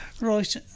Right